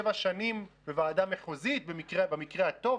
שבע שנים בוועדה מחוזית במקרה הטוב,